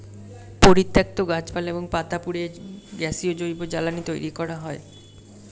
পরিত্যক্ত গাছপালা এবং পাতা পুড়িয়ে গ্যাসীয় জৈব জ্বালানি তৈরি করা হয়